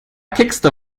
kiekste